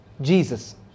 Jesus